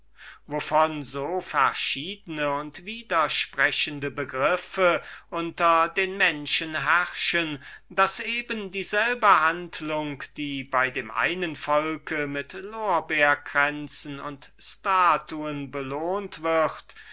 so verschiedene und widersprechende begriffe unter den menschen herrschen daß eben dieselbe handlung die bei dem einen volke mit lorbeerkränzen und statuen belohnt wird